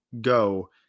go